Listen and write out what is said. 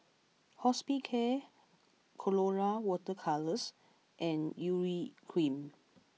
Hospicare Colora water colours and Urea cream